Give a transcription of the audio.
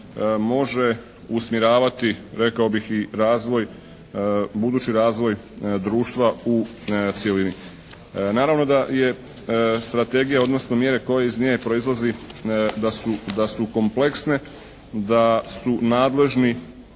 može usmjeravati rekao bih i razvoj, budući razvoj društva u cjelini. Naravno da je strategija, odnosno mjere koje iz nje proizlaze da su kompleksne, da su nadležni,